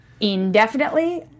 indefinitely